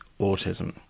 autism